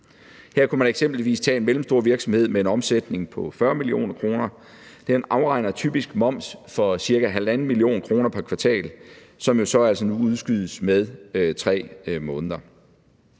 Her kunne man eksempelvis tage en mellemstor virksomhed med en omsætning på 40 mio. kr. Den afregner typisk moms for ca. 1,5 mio. kr. pr. kvartal, som jo altså nu udskydes med 3 måneder.